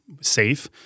safe